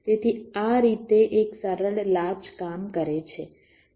તેથી આ રીતે એક સરળ લાચ કામ કરે છે